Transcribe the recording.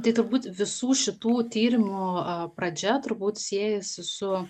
tai turbūt visų šitų tyrimų pradžia turbūt siejasi su